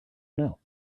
know